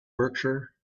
berkshire